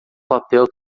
papel